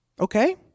Okay